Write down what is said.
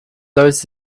those